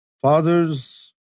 Fathers